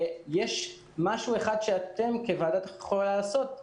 יש משהו שאתם כוועדה יכולים לעשות.